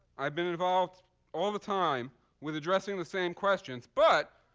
i've been involved all the time with addressing the same questions. but